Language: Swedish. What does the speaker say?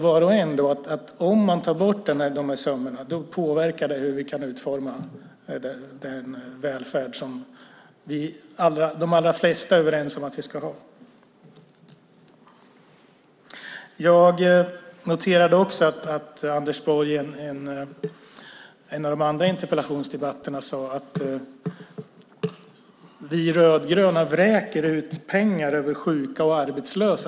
Var och en förstår att om man tar bort de summorna påverkar det hur vi kan utforma den välfärd som de allra flesta är överens om att vi ska ha. Jag noterade att Anders Borg i en av de andra interpellationsdebatterna sade att vi rödgröna vräker ut pengar över sjuka och arbetslösa.